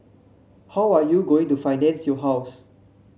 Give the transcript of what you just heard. how are you going to finance your house